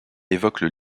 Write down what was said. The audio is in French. évoquent